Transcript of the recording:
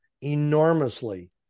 enormously